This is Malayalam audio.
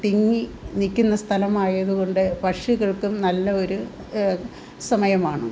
തിങ്ങി നിൽക്കുന്ന സ്ഥലമായതുകൊണ്ട് പക്ഷികൾക്കും നല്ല ഒരു സമയമാണ്